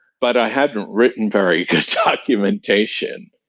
but i haven't written very good documentation.